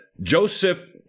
Joseph